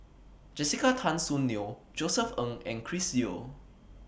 Jessica Tan Soon Neo Josef Ng and Chris Yeo